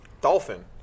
Dolphin